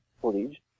footage